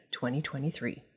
2023